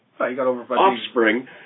offspring